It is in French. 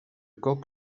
coq